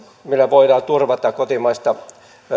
millä voidaan turvata kotimaista